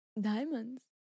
Diamonds